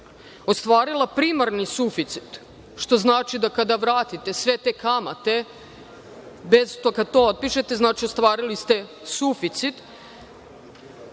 ostvarila primarni suficit, što znači da kada vratite sve te kamate, kada to otpišete, znači, ostvarili ste suficit